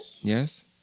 Yes